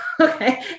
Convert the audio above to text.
Okay